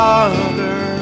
Father